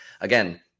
again